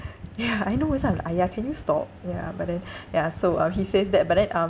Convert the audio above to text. ya I know that's why I'm like !aiya! can you stop ya but then ya so uh he says that but then um